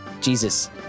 Jesus